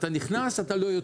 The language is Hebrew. אתה נכנס אתה לא יוצא,